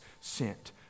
sent